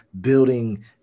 building